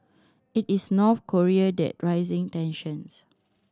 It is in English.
it is North Korea that raising tensions